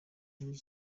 inkuru